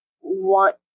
want